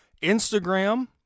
Instagram